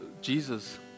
Jesus